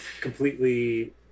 completely